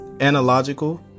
Analogical